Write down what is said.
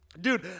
Dude